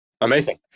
Amazing